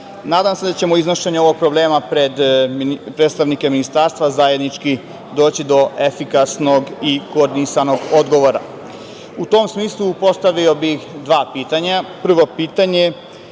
Nadam se da ćemo iznošenjem ovog problema pred predstavnike Ministarstva zajednički doći do efikasnog i koordinisanog odgovora.U tom smislu postavio bih dva pitanja. Prvo pitanje